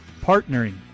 partnering